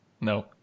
No